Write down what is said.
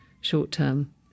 short-term